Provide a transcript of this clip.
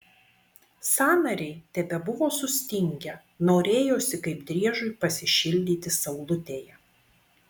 sąnariai tebebuvo sustingę norėjosi kaip driežui pasišildyti saulutėje